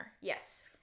yes